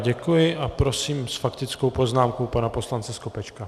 Děkuji a prosím s faktickou poznámkou pana poslance Skopečka.